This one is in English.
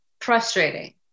frustrating